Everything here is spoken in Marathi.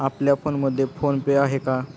आपल्या फोनमध्ये फोन पे आहे का?